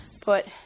put